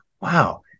wow